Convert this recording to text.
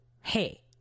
hey